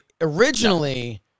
originally